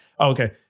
Okay